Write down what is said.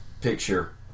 picture